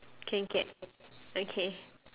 kancat okay